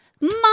Mom